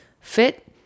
fit